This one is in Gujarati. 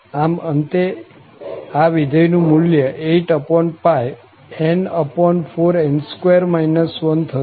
આમ અંતે આ વિધેયનું મુલ્ય 8n4n2 1 થશે